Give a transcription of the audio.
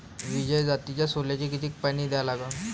विजय जातीच्या सोल्याले किती पानी द्या लागन?